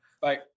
Bye